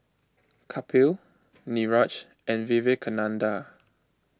Kapil Niraj and Vivekananda